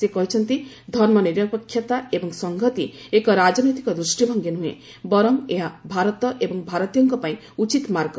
ସେ କହିଛନ୍ତି ଧର୍ମନିରପେକ୍ଷତା ଏବଂ ସଂହତି ଏକ ରାଜନୈତିକ ଦୃଷ୍ଟିଭଙ୍ଗୀ ନୁହେଁ ବର୍ଚ ଏହା ଭାରତ ଏବଂ ଭାରତୀୟଙ୍କ ପାଇଁ ଉଚିତ୍ ମାର୍ଗ